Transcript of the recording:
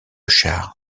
char